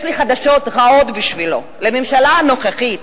יש לי חדשות רעות בשבילו: לממשלה הנוכחית